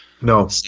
No